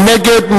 מי נגד?